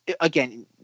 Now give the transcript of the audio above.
again